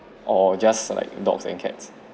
or just like dogs and cats